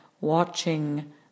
watching